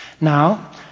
Now